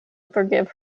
forgive